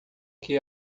que